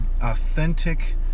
authentic